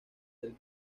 del